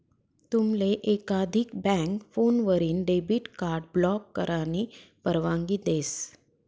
तुमले एकाधिक बँक फोनवरीन डेबिट कार्ड ब्लॉक करानी परवानगी देस